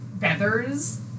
feathers